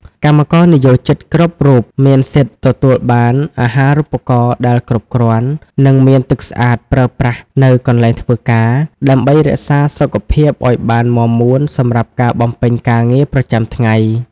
កម្មករនិយោជិតគ្រប់រូបមានសិទ្ធិទទួលបានអាហារូបត្ថម្ភដែលគ្រប់គ្រាន់ និងមានទឹកស្អាតប្រើប្រាស់នៅកន្លែងធ្វើការ ដើម្បីរក្សាសុខភាពឱ្យបានមាំមួនសម្រាប់ការបំពេញការងារប្រចាំថ្ងៃ។